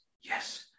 yes